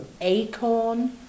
Acorn